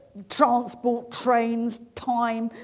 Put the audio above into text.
transport trains time